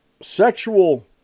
sexual